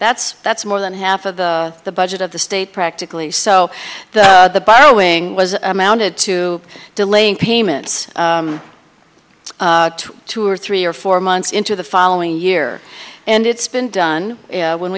that's that's more than half of the budget of the state practically so that the borrowing was mounted to delaying payments it's two or three or four months into the following year and it's been done when